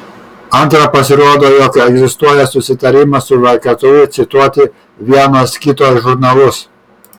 antra pasirodo jog egzistuoja susitarimas su vgtu cituoti vienas kito žurnalus